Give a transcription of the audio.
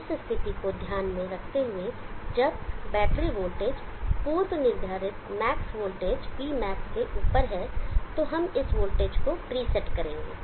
इस स्थिति को ध्यान में रखते हुए जब बैटरी वोल्टेज पूर्व निर्धारित मैक्स vmax वोल्टेज से ऊपर है तो हम इस वोल्टेज को प्रीसेट करेंगे